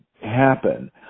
happen